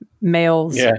male's